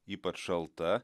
ypač šalta